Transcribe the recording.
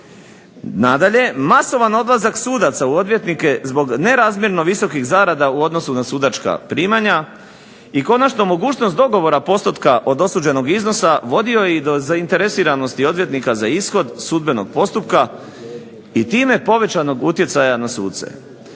Nadalje, masovan odlazak sudaca u odvjetnike zbog nerazmjerno visokih zarada u odnosu na sudačka primanja i konačno mogućnost dogovora postotka od dosuđenog iznosa vodio je i do zainteresiranosti odvjetnika za ishod sudbenog postupka i time povećanog utjecaja na suce.